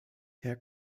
herr